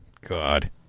God